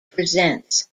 presents